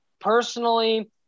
personally